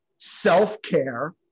Self-care